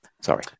Sorry